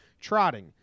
trotting